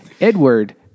Edward